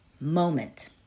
moment